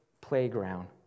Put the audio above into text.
playground